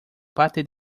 parte